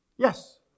Yes